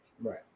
Right